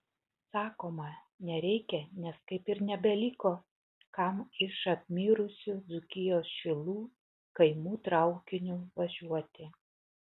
sakoma nereikia nes kaip ir nebeliko kam iš apmirusių dzūkijos šilų kaimų traukiniu važiuoti